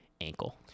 ankle